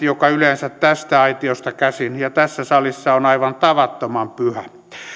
joka yleensä tästä aitiosta käsin ja tässä salissa on aivan tavattoman pyhä